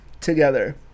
together